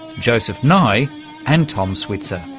joseph nye and tom switzer.